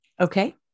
Okay